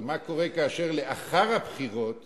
אבל מה קורה כאשר לאחר הבחירות